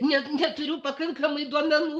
ne neturiu pakankamai duomenų